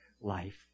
life